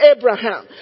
Abraham